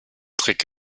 trick